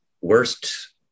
Worst